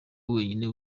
wenyine